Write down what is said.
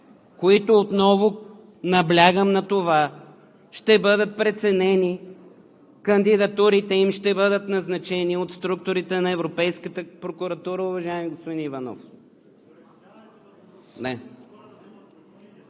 които отново, наблягам на това, ще бъдат преценени кандидатурите им, ще бъдат назначени от структурите на Европейската прокуратура, уважаеми господин Иванов.